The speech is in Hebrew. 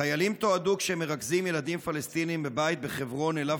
חיילים תועדו כשהם מרכזים ילדים פלסטינים בבית בחברון שאליו